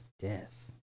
death